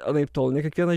anaiptol ne kiekvieną